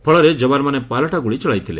ଫଳରେ ଯବାନମାନେ ପାଲଟା ଗୁଳି ଚଳାଇଥିଲେ